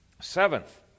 Seventh